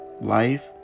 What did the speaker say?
Life